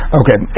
okay